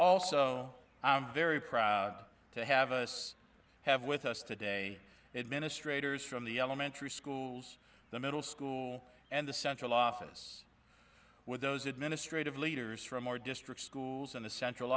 also very proud to have a have with us today administrators from the elementary schools the middle school and the central office with those administrative leaders from our district schools in the central